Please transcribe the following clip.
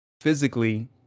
physically